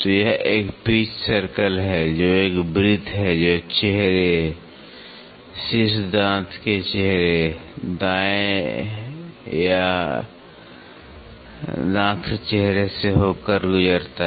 तो यह एक पिच सर्कल है जो एक वृत्त है जो चेहरे शीर्ष दांत के चेहरे दाएं या हाँ दांत के चेहरे से होकर गुजरता है